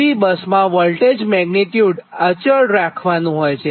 PV બસમાં voltage magnitude અચળ રાખવાનું હોય છે